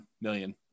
million